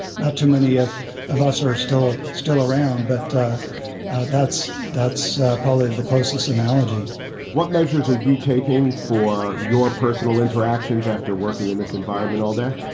not too many of of us are are still still around. but that's. that's probably the closest analogy what measures are you taking for your personal interactions after working in this environment all day?